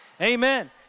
Amen